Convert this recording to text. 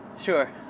Sure